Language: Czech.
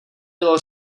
bylo